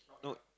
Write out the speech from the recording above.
no